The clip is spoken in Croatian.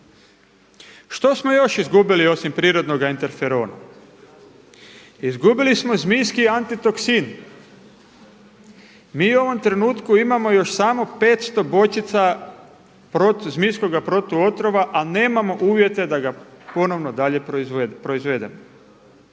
Što smo još izgubili osim prirodnoga interferona? Izgubili smo zmijski antitoksin. Mi u ovom trenutku imamo još samo 500 bočica zmijskoga protuotrova, a nemamo uvjete da ga dalje proizvedemo.